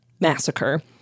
massacre